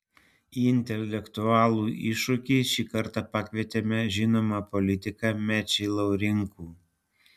į intelektualų iššūkį šį kartą pakvietėme žinomą politiką mečį laurinkų